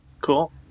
Cool